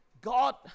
God